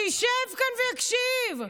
שישב כאן ויקשיב.